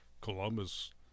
Columbus